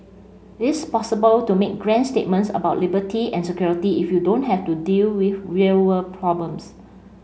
it's possible to make grand statements about liberty and security if you don't have to deal with real world problems